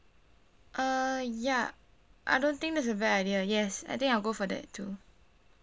uh ya I don't think that's a bad idea yes I think I'll go for that too